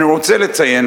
אני רוצה לציין,